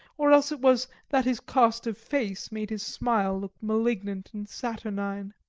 or else it was that his cast of face made his smile look malignant and saturnine.